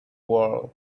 world